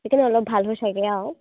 কেতিয়াবা অলপ ভাল হয় চাগে আৰু